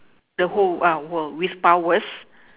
the whole world with powers